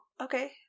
okay